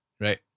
Right